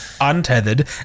untethered